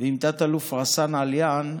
ועם תת-אלוף רסאן עליאן,